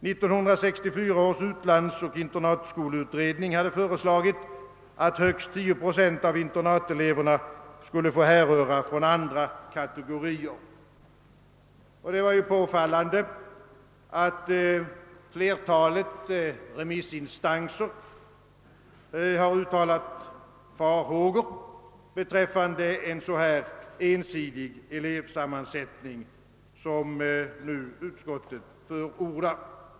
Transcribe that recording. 1964 års utlandsoch internatskoleutredning hade föreslagit att högst 10 procent av internateleverna skulle få komma från andra kategorier. Det är påfallande att flertalet remissinstanser uttalat farhågor för en så ensidig elevsammansättning som utskottet nu förordar.